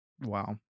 Wow